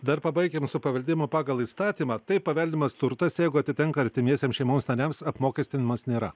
dar pabaikim su paveldėjimu pagal įstatymą taip paveldimas turtas jeigu atitenka artimiesiems šeimos nariams apmokestinimas nėra